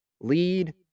lead